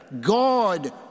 God